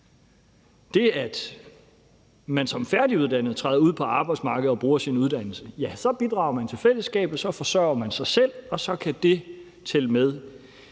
Ved som færdiguddannet at træde ud på arbejdsmarkedet og bruge sin uddannelse bidrager man til fællesskabet, så forsørger man sig selv, og så kan det tælle med